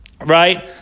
right